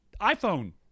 iPhone